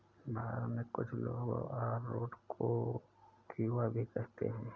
भारत में कुछ लोग अरारोट को कूया भी कहते हैं